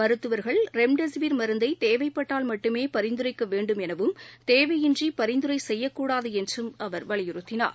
மருத்துவர்கள் ரெம்டெசிவிர் மருந்தைதேவைப்பட்டால் மட்டுமேபரிந்துரைக்கவேண்டும் எனவும் தேவையின்றிபரிந்துரைசெய்யக் கூடாதுஎன்றும்அவர் வலியுறுத்தினார்